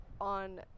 on